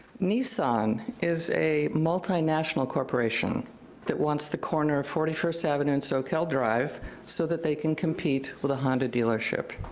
nissan is a multinational corporation that wants the corner of forty first avenue and soquel drive so that they can compete with a honda dealership.